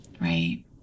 right